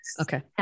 Okay